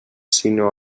sinó